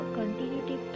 continuity